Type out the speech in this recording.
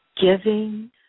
Giving